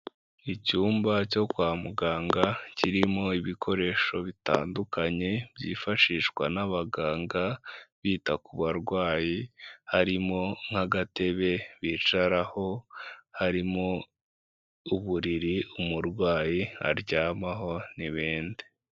Icyumba cyo kwa muganga kirimo ibikoresho bitandukanye byifashishwa n'abaganga bita ku barwayi, harimo nk'agatebe bicaraho, harimo uburiri umurwayi aryamaho n'ibindi.